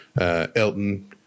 Elton